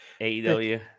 AEW